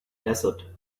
desert